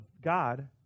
God